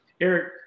Eric